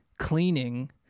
cleaning